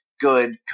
good